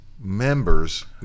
members